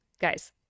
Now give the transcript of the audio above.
Guys